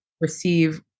receive